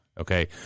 okay